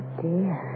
dear